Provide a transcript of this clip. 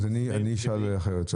אז אני אשאל אחרת.